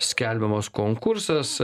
skelbiamas konkursas